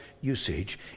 usage